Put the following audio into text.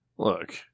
Look